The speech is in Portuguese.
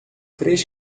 três